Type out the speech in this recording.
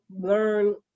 learn